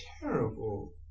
terrible